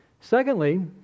Secondly